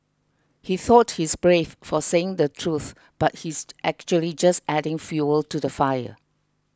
he thought he's brave for saying the truth but he's actually just adding fuel to the fire